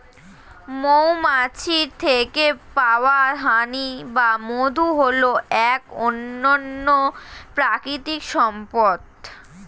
মৌমাছির থেকে পাওয়া হানি বা মধু হল এক অনন্য প্রাকৃতিক সম্পদ